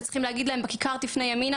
צריך להגיד להם לפנות בכיכר ימינה.